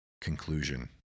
Conclusion